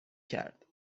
کرد